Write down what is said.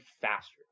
faster